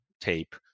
tape